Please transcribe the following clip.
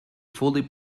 fully